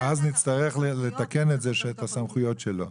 אז נצטרך לתקן את זה שאת הסמכויות שלו.